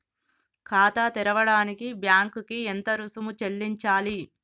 ఖాతా తెరవడానికి బ్యాంక్ కి ఎంత రుసుము చెల్లించాలి?